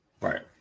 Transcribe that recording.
right